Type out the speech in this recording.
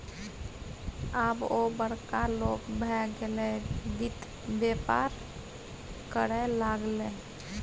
आब ओ बड़का लोग भए गेलै वित्त बेपार करय लागलै